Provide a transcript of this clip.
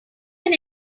can